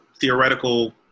theoretical